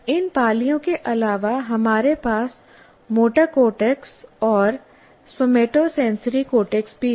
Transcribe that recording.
इन पालियों के अलावा हमारे पास मोटर कोर्टेक्स और सोमैटोसेंसरी कॉर्टेक्स भी हैं